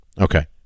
Okay